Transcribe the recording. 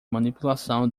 manipulação